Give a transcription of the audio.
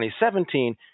2017